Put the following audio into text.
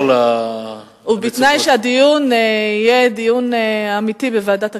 ובתנאי שהדיון יהיה דיון אמיתי בוועדת הכספים,